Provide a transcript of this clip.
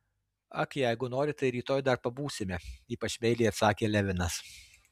ak jeigu nori tai rytoj dar pabūsime ypač meiliai atsakė levinas